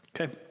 Okay